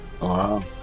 Wow